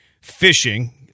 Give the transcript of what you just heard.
Fishing